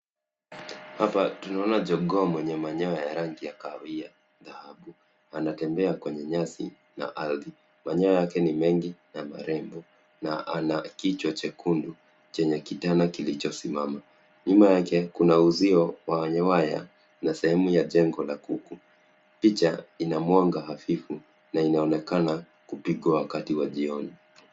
Hapa tunaona jogoo mwenye manyoya ya rangi ya kahawia na anatembea kwenye nyasi na ardhi. Manyoya yake ni mengi na marembo na ana kichwa jekundu chenye kitana kilicho simama. Nyuma yake kuna uzio wa waya na sehemu ya jengo la kuku. Picha ina mwanga hafifu na inaonekana kupigwa wakati wa jioni.